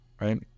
right